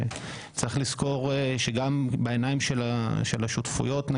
וצריך לזכור שגם בעיניים של השותפויות,